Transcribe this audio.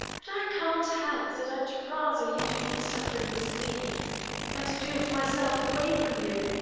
but i can't help that. i'd rather you do the suffering with me than to do it myself away from you.